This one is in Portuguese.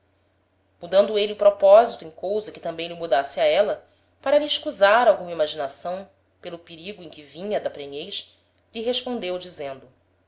mudando êle o proposito em cousa que tambem lh'o mudasse a éla para lhe escusar alguma imaginação pelo perigo em que vinha da prenhez lhe respondeu dizendo